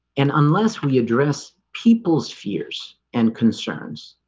and unless we address people's fears and concerns